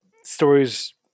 Stories